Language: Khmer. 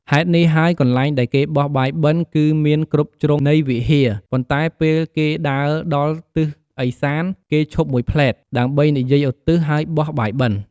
ហេតុនេះហើយកន្លែងដែលគេបោះបាយបិណ្ឌ គឺមានគ្រប់ជ្រុងនៃវិហារ ប៉ុន្តែពេល គេដើរដល់ទិសឦសាន គេឈប់មួយភ្លេត ដើម្បីនិយាយឧទ្ទិស ហើយបោះបាយបិណ្ឌ។